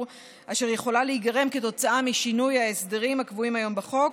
אשר יכולה להיגרם כתוצאה משינוי ההסדרים הקבועים היום בחוק,